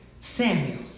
Samuel